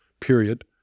period